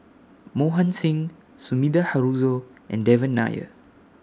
Mohan Singh Sumida Haruzo and Devan Nair